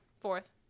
Fourth